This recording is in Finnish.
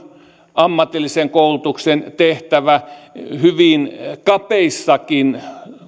ammatillisen koulutuksen tehtävä hyvin kapeissakin